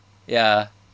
ya